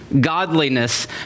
godliness